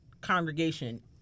congregation